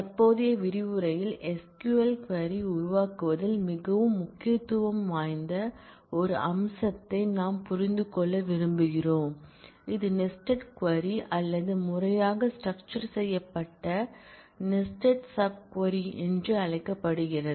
தற்போதைய விரிவுரை யில் SQL க்வரி உருவாக்குவதில் மிகவும் முக்கியத்துவம் வாய்ந்த ஒரு அம்சத்தை நாம் புரிந்து கொள்ள விரும்புகிறோம் இது நெஸ்டட் க்வரி அல்லது முறையாக ஸ்ட்ரக்ச்சர் செய்யப்பட்ட நெஸ்டட் சப் க்வரி என்று அழைக்கப்படுகிறது